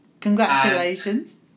Congratulations